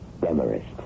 Demarest